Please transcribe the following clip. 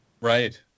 right